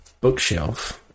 bookshelf